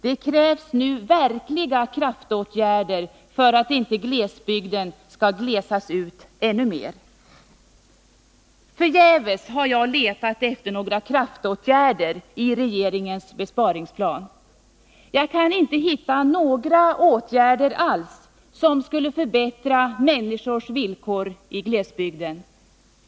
Det krävs nu verkliga kraftåtgärder för att inte glesbygden skall glesas ut ännu mer.” Förgäves har jag letat efter några kraftåtgärder i regeringens besparingsplan. Jag kan inte hitta några åtgärder alls, som skulle kunna förbättra människors villkor i glesbygden.